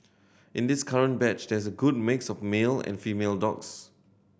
in this current batch there is a good mix of male and female dogs